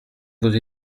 vos